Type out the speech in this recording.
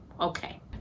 Okay